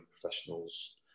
professionals